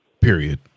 Period